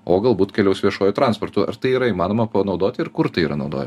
o galbūt keliaus viešuoju transportu ar tai yra įmanoma panaudoti ir kur tai yra naudoja